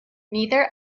neither